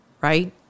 right